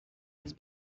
his